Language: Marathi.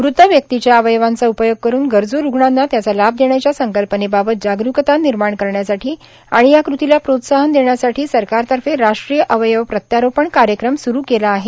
मृत व्यक्तीच्या अवयवयांचा उपयोग करून गरज् रूग्णांना त्याचा लाभ देण्याच्या संकल्पनेबाबत जागृकता करण्यासाठी आणि या कृतीला प्रोत्साहन देण्यासाठी सरकारतर्फे राष्ट्रीय अवयव प्रत्यारोपण कार्यक्रम सुरू केला आहे